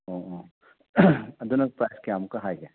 ꯑꯣ ꯑꯣ ꯑꯗꯨꯅ ꯄ꯭ꯔꯥꯏꯖ ꯀꯌꯥꯃꯨꯛꯀ ꯍꯥꯏꯒꯦ